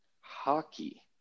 Hockey